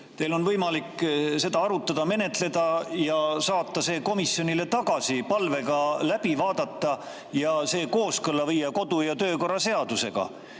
Teil on võimalik seda arutada, menetleda ja saata see komisjonile tagasi palvega see läbi vaadata ja viia kooskõlla kodu‑ ja töökorra seadusega.